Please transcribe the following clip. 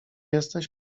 jesteś